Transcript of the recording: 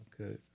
okay